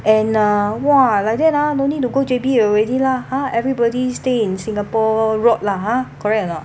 and uh !wah! like that ah don't need to go J_B already lah ha everybody stay in singapore rot lah ha correct or not